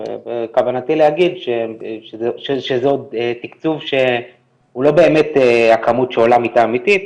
כוונתי להגיד שזה עוד תקצוב שהוא לא באמת הכמות שעולה מיטה אמיתית,